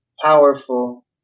powerful